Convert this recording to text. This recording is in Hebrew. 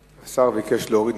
מה השר אומר?